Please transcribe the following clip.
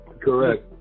Correct